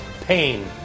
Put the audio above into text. pain